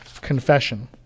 confession